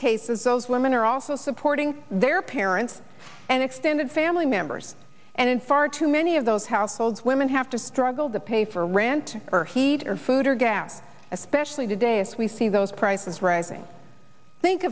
cases those women are also supporting their parents and extended family members and in far too many of those households women have to struggle to pay for rent or heat or food or gas especially today as we see those prices rising think